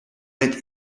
werd